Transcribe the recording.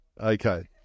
okay